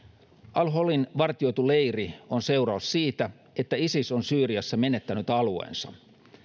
al holin vartioitu leiri on seuraus siitä että isis on syyriassa menettänyt alueensa